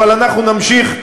אבל אנחנו נמשיך,